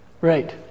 Right